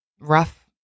rough